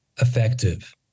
effective